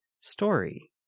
story